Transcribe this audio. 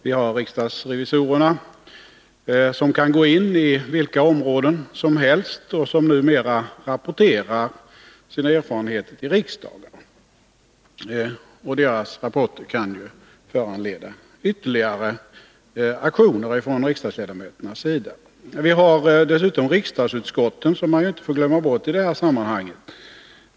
Vi har riksdagsrevisorerna, som kan gå in på vilka områden som helst och som numera rapporterar sina erfarenheter till riksdagen. Deras rapporter kan också föranleda ytterligare reaktioner från riksdagsledamöternas sida. Vi har dessutom riksdagsutskotten, som man inte får glömma bort i sammanhanget.